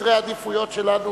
בסדרי העדיפויות שלנו,